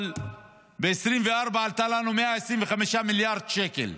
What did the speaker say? אבל ב-2024 היא עלתה לנו 125 מיליארד שקל.